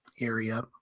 area